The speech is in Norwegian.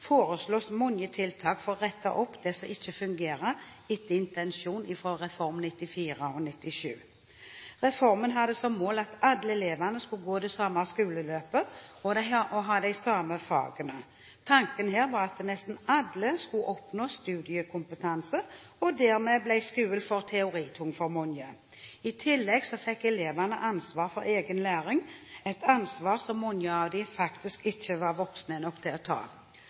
foreslås mange tiltak for å rette opp det som ikke fungerer etter intensjonen i Reform 94 og Reform 97. Reformene hadde som mål at alle elevene skulle gå det samme skoleløpet og ha de samme fagene. Tanken her var at nesten alle skulle oppnå studiekompetanse, og dermed ble skolen for teoritung for mange. I tillegg fikk elevene «ansvar for egen læring», et ansvar som mange av dem faktisk ikke var voksne nok til å ta.